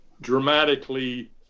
dramatically